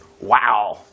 wow